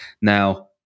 Now